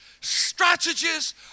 strategies